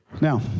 Now